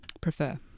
prefer